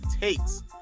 takes